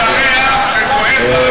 יום הולדת שמח לזוהיר בהלול.